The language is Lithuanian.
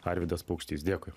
arvydas paukštys dėkui